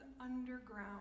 underground